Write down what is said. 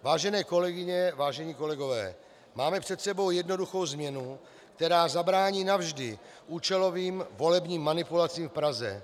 Vážené kolegyně, vážení kolegové, máme před sebou jednoduchou změnu, která zabrání navždy účelovým volebním manipulacím v Praze.